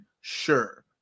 Sure